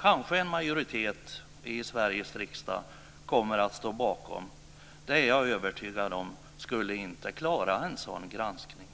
kanske en majoritet i Sveriges riksdag kommer att stå bakom - skulle inte klara en sådan granskning.